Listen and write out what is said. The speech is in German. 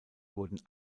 wurden